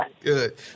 Good